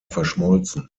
verschmolzen